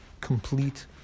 complete